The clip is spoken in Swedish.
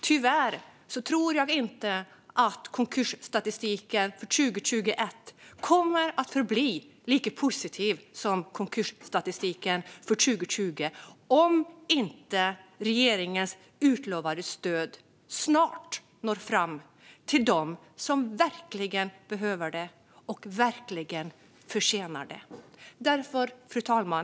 Tyvärr tror jag inte att konkursstatistiken för 2021 kommer att bli lika positiv som konkursstatistiken för 2020, om inte regeringens utlovade stöd snart når fram till dem som verkligen behöver det och som verkligen förtjänar det. Fru talman!